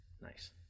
nice